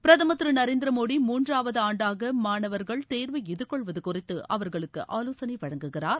பிரதமர் திரு நரேந்திர மோடி மூன்றாவது ஆண்டாக மாணவர்கள் தேர்வை எதிர்கொள்வது குறித்து அவர்களுக்கு ஆலோசனை வழங்குகிறார்